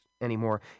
anymore